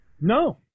no